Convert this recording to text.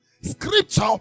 Scripture